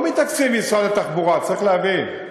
לא מתקציב משרד התחבורה, צריך להבין.